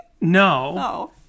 No